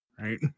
Right